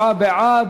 37 בעד,